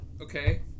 Okay